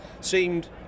seemed